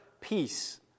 peace